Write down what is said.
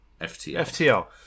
FTL